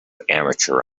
amateur